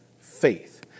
faith